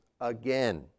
again